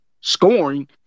scoring